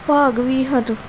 ਭਾਗ ਵੀ ਹਨ